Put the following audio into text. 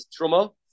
Truma